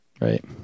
right